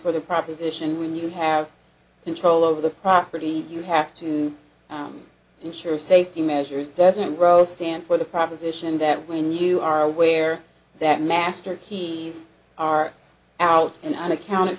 for the proposition when you have control of the property you have to ensure safety measures doesn't grow stand for the proposition that when you are aware that master keys are out in unaccount